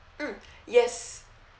mm yes